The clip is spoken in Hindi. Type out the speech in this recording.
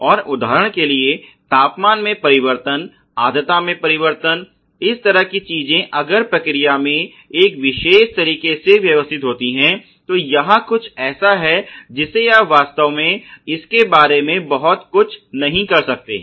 और उदाहरण के लिए तापमान में परिवर्तन आर्द्रता में परिवर्तन इस तरह की चीजें अगर प्रक्रिया मे एक विशेष तरीके से व्यवस्थित होती है तो यह कुछ ऐसा है जिसे आप वास्तव में इसके बारे में बहुत कुछ नहीं कर सकते हैं